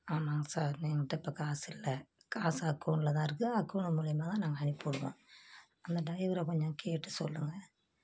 ஆமாங்க சார் என்ட்ட இப்போ காசு இல்லை காசு அகௌண்ட்டில் தான் இருக்குது அகௌண்ட்டு நம்பர் மூலிமா தான் நாங்கள் அனுப்பிவிடுவோம் அந்த டைவரை கொஞ்சம் கேட்டு சொல்லுங்கள்